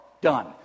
done